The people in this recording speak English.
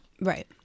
Right